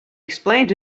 explained